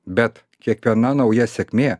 bet kiekviena nauja sėkmė